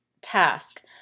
task